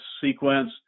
sequence